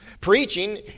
Preaching